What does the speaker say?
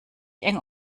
eng